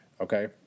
Okay